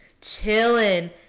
Chilling